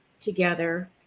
together